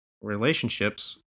relationships